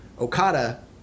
Okada